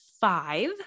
five